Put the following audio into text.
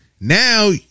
Now